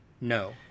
No